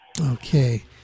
Okay